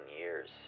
years